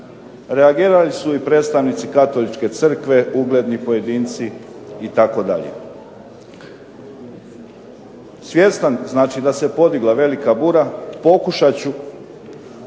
Reagirali su i predstavnici katoličke crkve, ugledni pojedinci itd. Svjestan znači da se podigla velika bura pokušat ću